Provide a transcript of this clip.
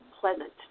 pleasant